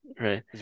Right